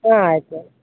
ಹ್ಞೂ ಆಯಿತು